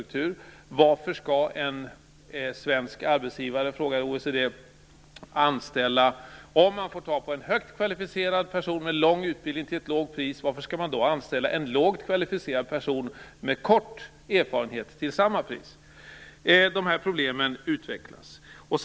OECD frågar varför en svensk arbetsgivare skall anställa en lågt kvalificerad person med kort erfarenhet till ett lågt pris om man kan få tag på en högt kvalificerad person med en lång utbildning till samma pris. De här problemen utvecklas i rapporten.